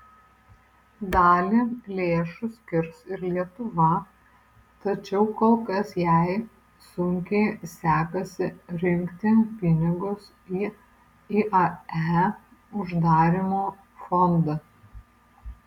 dalį lėšų skirs ir lietuva tačiau kol kas jai sunkiai sekasi rinkti pinigus į iae uždarymo fondą